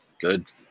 good